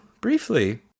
briefly